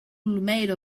made